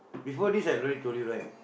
before this I already told you right